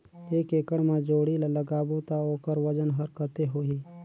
एक एकड़ मा जोणी ला लगाबो ता ओकर वजन हर कते होही?